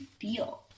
feel